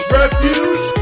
refuge